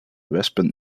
wespen